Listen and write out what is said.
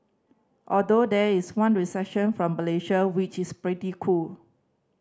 although there is one reception from Malaysia which is pretty cool